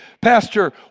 Pastor